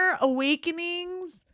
awakenings